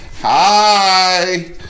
Hi